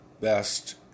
best